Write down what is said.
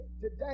Today